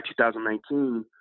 2019